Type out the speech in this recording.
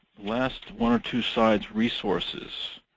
last one or two slides, resources.